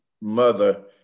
mother